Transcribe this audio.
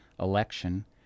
Election